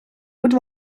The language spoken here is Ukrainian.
будь